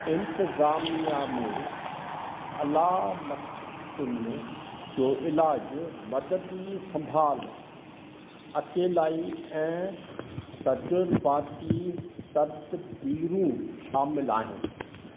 इंतिज़ामिया में अलामतुनि जो ईलाजु मददी संभालु अकेलाई ऐं तजुर्बाती तदबीरूं शामिलु आहिनि